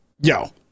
Yo